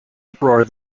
uproar